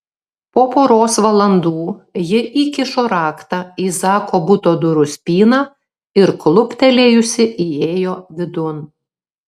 po poros valandų ji įkišo raktą į zako buto durų spyną ir kluptelėjusi įėjo vidun